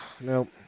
Nope